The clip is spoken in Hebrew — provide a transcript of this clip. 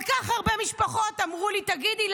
כל כך הרבה משפחות אמרו לי: תגידי,